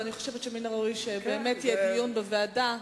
אני חושבת שמן הראוי שבאמת יהיה דיון בוועדה.